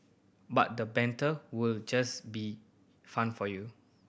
but the banter will just be fun for you